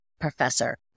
professor